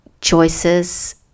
choices